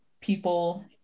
people